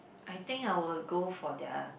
I think I will go for their